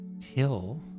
Till